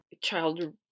child